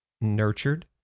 nurtured